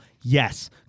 Yes